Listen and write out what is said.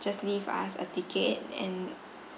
just leave us a ticket and